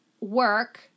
work